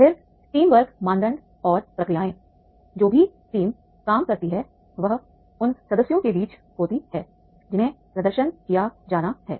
फिर टीमवर्क मानदंड और प्रक्रियाएं जो भी टीम काम करती है वह उन सदस्यों के बीच होती है जिन्हें प्रदर्शन किया जाना है